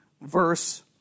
verse